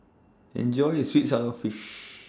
Enjoy your Sweet Sour Fish